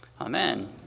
Amen